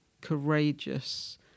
courageous